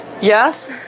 Yes